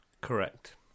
Correct